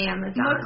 Amazon